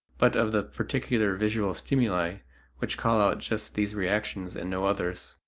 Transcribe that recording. but of the particular visual stimuli which call out just these reactions and no others,